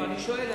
אני שואל,